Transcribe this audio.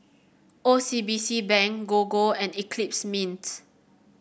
O C B C Bank Gogo and Eclipse Mints